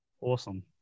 Awesome